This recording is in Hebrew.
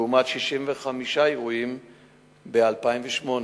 לעומת 65 אירועים ב-2008.